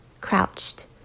crouched